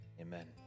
amen